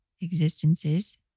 existences